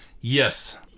Yes